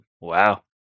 Wow